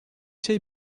şey